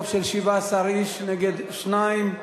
ברוב של 17 איש נגד שניים.